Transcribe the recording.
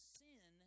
sin